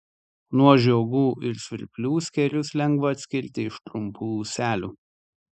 nuo žiogų ir svirplių skėrius lengva atskirti iš trumpų ūselių